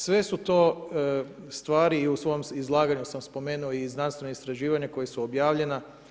Sve su to stvari i u svom izlaganju sam spomenuo i znanstvena istraživanja koja su objavljena.